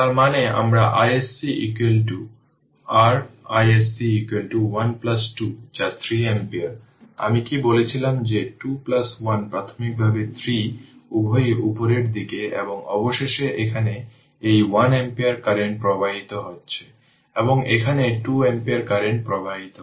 তার মানে আমার iSC r iSC 1 2 যা 3 অ্যাম্পিয়ার আমি কি বলছিলাম যে 2 1 প্রাথমিকভাবে 3 উভয়ই উপরের দিকে এবং অবশেষে এখানে এই 1 অ্যাম্পিয়ার কারেন্ট প্রবাহিত হচ্ছে এবং এখানে 2 অ্যাম্পিয়ার কারেন্ট প্রবাহিত হচ্ছে